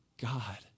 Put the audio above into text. God